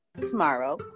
tomorrow